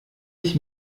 ich